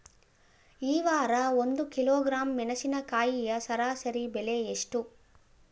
ಈ ವಾರ ಒಂದು ಕಿಲೋಗ್ರಾಂ ಮೆಣಸಿನಕಾಯಿಯ ಸರಾಸರಿ ಬೆಲೆ ಎಷ್ಟು?